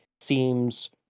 seems